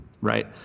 right